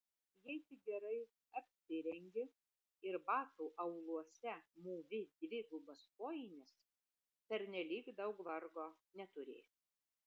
jei tik gerai apsirengi ir batų auluose mūvi dvigubas kojines pernelyg daug vargo neturėsi